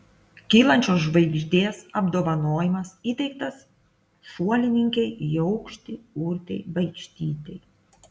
kylančios žvaigždės apdovanojimas įteiktas šuolininkei į aukštį urtei baikštytei